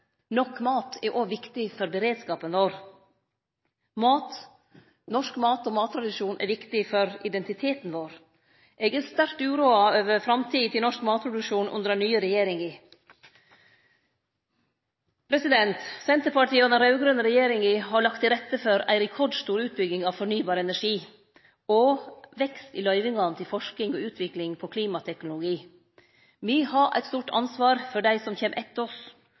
Nok mat er òg viktig for beredskapen vår. Norsk mat og mattradisjon er viktig for identiteten vår. Eg er sterkt uroa over framtida til norsk matproduksjon under den nye regjeringa. Senterpartiet og den raud-grøne regjeringa har lagt til rette for ei rekordstor utbygging av fornybar energi og for vekst i løyvingane til forsking på og utvikling av klimateknologi. Me har eit stort ansvar for dei som kjem etter oss,